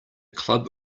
club